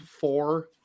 four